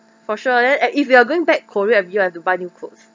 for sure then and if you are going back korea then you have to buy new clothes